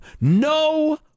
no